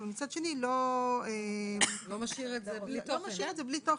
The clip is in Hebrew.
אבל מצד שני לא משאיר את זה כרגע בלי תוכן.